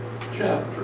chapter